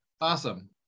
awesome